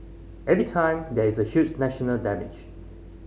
every time there is a huge national damage